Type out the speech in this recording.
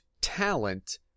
talent